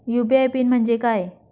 UPI PIN म्हणजे काय?